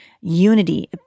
unity